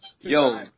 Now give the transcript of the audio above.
Yo